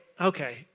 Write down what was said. okay